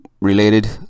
related